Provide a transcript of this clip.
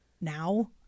now